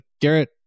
Garrett